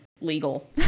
legal